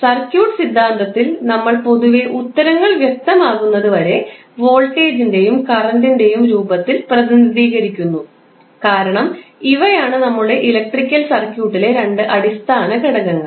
അതിനാൽ സർക്യൂട്ട് സിദ്ധാന്തത്തിൽ നമ്മൾ പൊതുവെ ഉത്തരങ്ങൾ വ്യക്തമാക്കുന്നതുവരെ വോൾട്ടേജിന്റെയും കറന്റിന്റെയും രൂപത്തിൽ പ്രതിനിധീകരിക്കുന്നുകാരണം ഇവയാണ് നമ്മുടെ ഇലക്ട്രിക് സർക്യൂട്ടിലെ രണ്ട് അടിസ്ഥാന ഘടകങ്ങൾ